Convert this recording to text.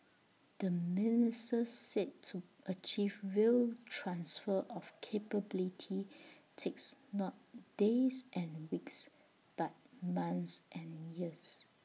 the minister said to achieve real transfer of capability takes not days and weeks but months and years